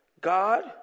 God